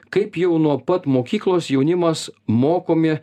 kaip jau nuo pat mokyklos jaunimas mokomi